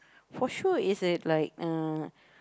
for sure is it like uh